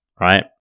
right